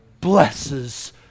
blesses